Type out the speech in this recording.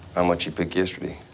and much he pick yesterday?